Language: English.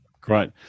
great